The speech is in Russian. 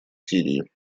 сирии